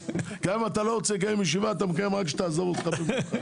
גם אם אתה לא רוצה לקיים ישיבה אתה מקיים רק שתעזוב אותך במנוחה.